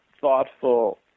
thoughtful